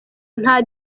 nta